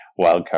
wildcard